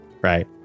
Right